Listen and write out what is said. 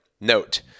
Note